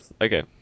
okay